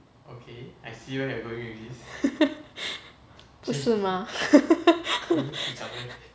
不是吗